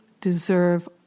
deserve